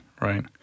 right